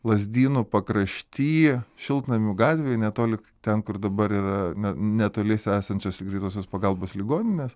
lazdynų pakrašty šiltnamių gatvėj netoli ten kur dabar yra ne netoliese esančios greitosios pagalbos ligoninės